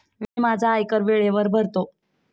मी माझा आयकर वेळेवर भरतो